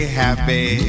happy